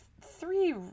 three